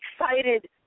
excited